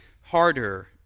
harder